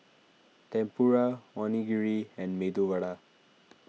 Tempura Onigiri and Medu Vada